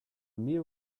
meal